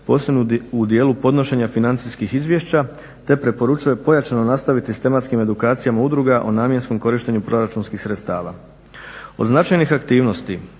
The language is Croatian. posebno u dijelu podnošenja financijskih izvješća te preporučuje pojačano nastaviti s tematskim edukacijama udruga o namjenskom korištenju proračunskih sredstava. Od značajnih aktivnosti